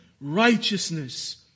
righteousness